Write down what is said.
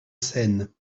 scène